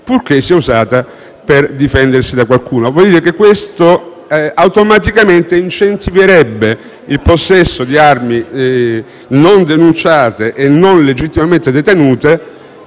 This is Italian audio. purché sia usata per difendersi da qualcuno. Ciò automaticamente incentiverebbe il possesso di armi non denunciate e non legittimamente detenute